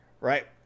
Right